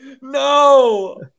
No